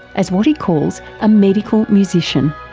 as what he calls a medical musician.